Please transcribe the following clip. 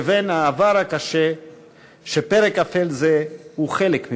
מן העבר הקשה שפרק אפל זה הוא חלק ממנו.